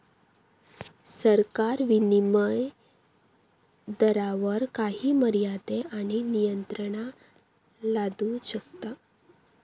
सरकार विनीमय दरावर काही मर्यादे आणि नियंत्रणा लादू शकता